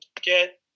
get